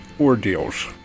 ordeals